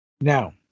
Now